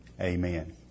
amen